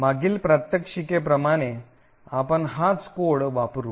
मागील प्रात्यक्षिके प्रमाणे आपण हाच कोड वापरू